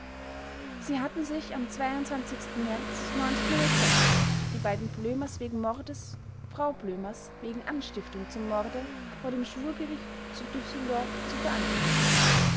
sie hatten sich am märz die beiden blömers wegen mordes frau blömers wegen anstiftung zum morde vor dem schwurgericht zu düsseldorf zu verantworten